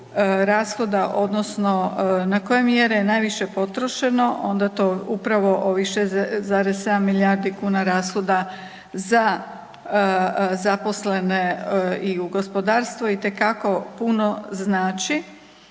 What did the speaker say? rashoda odnosno na koje je mjere najviše potrošeno onda je to upravo ovih 6,7 milijardi kuna rashoda za zaposlene i u gospodarstvu itekako puno znači.